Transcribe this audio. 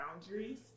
boundaries